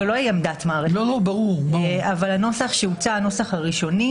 הנוסח הראשוני,